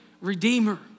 redeemer